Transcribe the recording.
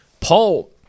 Paul